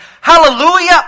Hallelujah